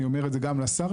אני אומר את זה גם לשר,